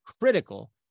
critical